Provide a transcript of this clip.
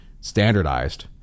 standardized